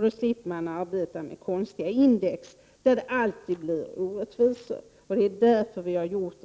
Då slipper man arbeta med konstiga index, där det alltid blir orättvisor. Det är därför vi har avgivit